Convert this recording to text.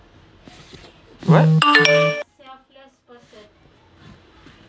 what